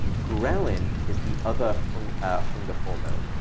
ghrelin is the other hunger ah hunger hormone.